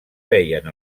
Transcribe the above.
feien